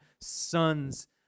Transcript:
sons